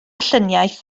lluniaeth